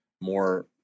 more